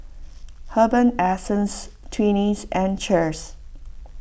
Herbal Essences Twinings and Cheers